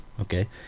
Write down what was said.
Okay